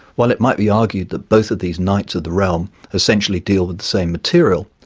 well it might be argued that both of these knights of the realm essentially deal with the same material.